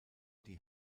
die